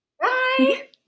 Bye